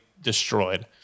destroyed